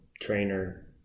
trainer